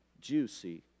juicy